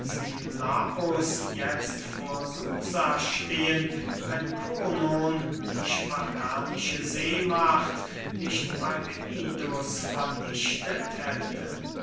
jetzt vor susa stehen wenn konon die spartanische seemacht nicht bey knidus vernichtet hätte